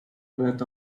breath